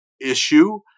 issue